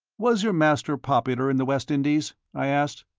was your master popular in the west indies? i asked.